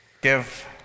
Give